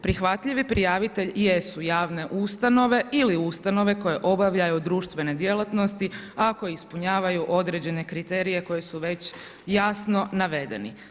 Prihvatljivi prijavitelj jesu javne ustanove ili ustanove koje obavljaju društvene djelatnosti ako ispunjavaju određene kriterije koje su već jasno navedeni.